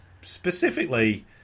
Specifically